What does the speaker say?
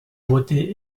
beauté